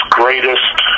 greatest